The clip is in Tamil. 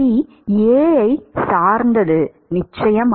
மாணவர்T A ஐச் சார்ந்தது நிச்சயமாக